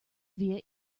via